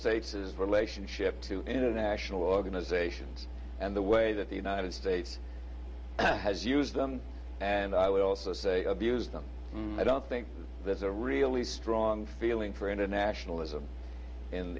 states is relationship to international organizations and the way that the united states has used them and i would also say abuse them i don't think there's a really strong feeling for international